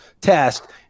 test